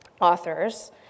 authors